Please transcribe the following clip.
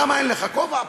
למה אין לך כובע?